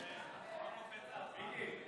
החדש (הוראת שעה) (הגבלת פעילות במקומות עבודה)